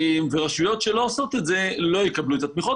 ורשויות שלא עושות את זה לא יקבלו את התמיכות,